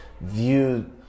view